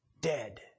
Dead